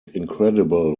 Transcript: incredible